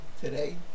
today